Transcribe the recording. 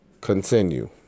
Continue